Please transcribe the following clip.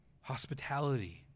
hospitality